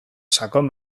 sakon